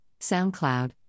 SoundCloud